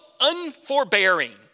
unforbearing